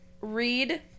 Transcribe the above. read